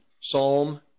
Psalm